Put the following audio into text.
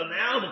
now